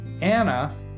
Anna